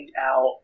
out